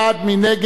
נא להצביע.